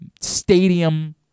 stadium